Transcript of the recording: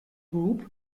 group